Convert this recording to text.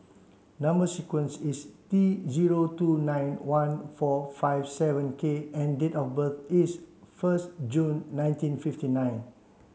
number sequence is T zero two nine one four five seven K and date of birth is first June nineteen fifty nine